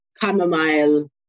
chamomile